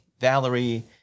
valerie